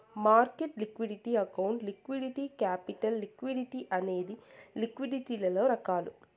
market liquidity account liquidity capital liquidity అనేవి లిక్విడిటీలలో రకాలు